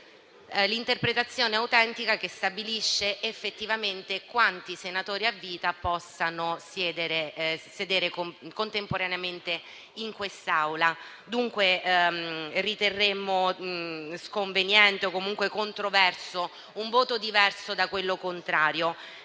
riforma del 2020, che stabilisce effettivamente quanti senatori a vita possano sedere contemporaneamente in quest'Aula. Dunque riterremmo sconveniente o comunque controverso un voto diverso da quello contrario.